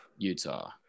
utah